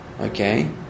okay